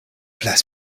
bless